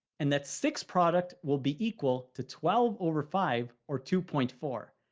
and that six product will be equal to twelve over five or two point four.